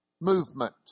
movement